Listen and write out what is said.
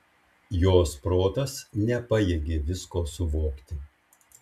jos protas nepajėgė visko suvokti